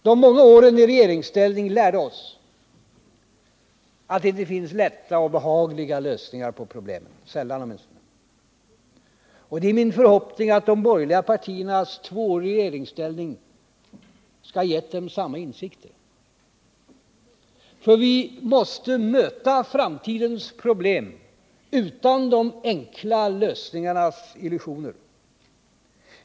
De många åren i regeringsställning lärde oss att det sällan finns lätta och behagliga lösningar på problemen. Det är min förhoppning att de borgerliga partiernas två år i regeringsställning skall ha gett dem samma insikter. För vi måste nu möta framtidens problem utan de enkla lösningarnas illusioner.